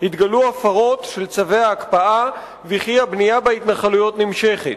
התגלו הפרות של צווי ההקפאה וכי הבנייה בהתנחלויות נמשכת.